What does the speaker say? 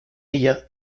ella